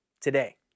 today